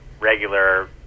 regular